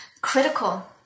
critical